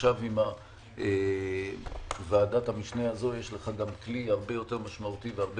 עכשיו עם ועדת המשנה הזאת יש לך גם כלי הרבה יותר משמעותי והרבה